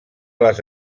les